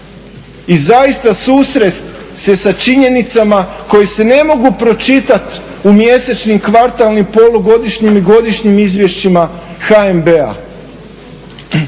i zaista susrest se sa činjenicama koje se ne mogu pročitat u mjesečnim, kvartalnim, polugodišnjim i godišnjim izvješćima HNB-a.